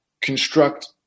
construct